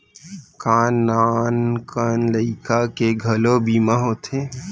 का नान कन लइका के घलो बीमा होथे?